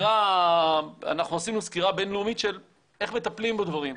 אנחנו עשינו סקירה בין-לאומית של איך מטפלים בדברים.